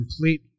complete